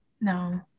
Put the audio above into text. no